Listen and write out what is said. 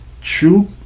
true